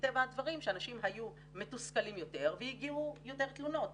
מטבע הדברים שאנשים היו מתוסכלים יותר והגיעו יותר תלונות,